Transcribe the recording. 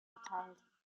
erteilt